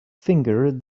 finger